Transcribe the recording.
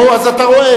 נו, אז אתה רואה?